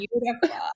beautiful